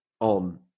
on